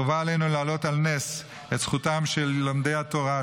חובה עלינו להעלות על נס את זכותם של לומדי התורה,